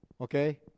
okay